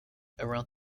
around